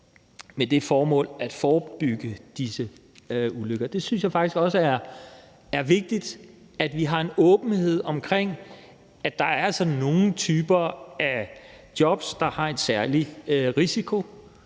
med det formål at forebygge disse ulykker. Der synes jeg faktisk også, at det er vigtigt, at vi har en åbenhed omkring, at der altså er nogle typer af jobs, der har en særlig risiko.